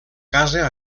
casa